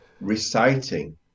reciting